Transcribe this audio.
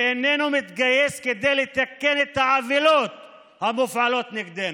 ואיננו מתגייס כדי לתקן את העוולות המופעלות נגדנו.